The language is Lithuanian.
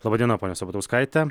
laba diena ponia sabatauskaite